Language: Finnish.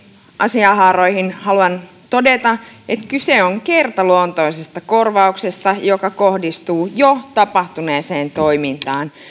asianhaaroihin haluan todeta että kyse on kertaluontoisesta korvauksesta joka kohdistuu jo tapahtuneeseen toimintaan